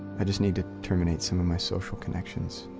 i just need to terminate some of my social connections